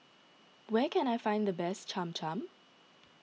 where can I find the best Cham Cham